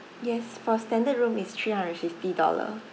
yes for standard room is three hundred and fifty dollar